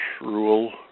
rule